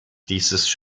dieses